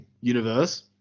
universe